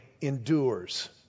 endures